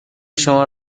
شما